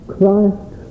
Christ